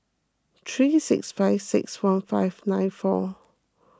three six five six one five nine four